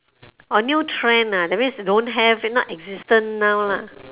orh new trend ah that means don't have not existent now lah